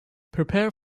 prepare